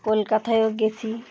কলকাতায়ও গেছি